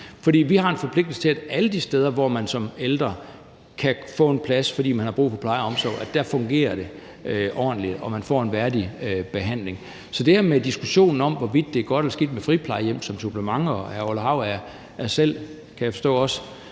For vi har en forpligtelse til, at det fungerer ordentligt alle de steder, hvor man som ældre kan få en plads, fordi man har brug for pleje og omsorg, og at man får en værdig behandling. Så det med diskussionen om, hvorvidt det er godt eller skidt med friplejehjem som supplement – og hr. Orla Hav er selv, kan jeg forstå,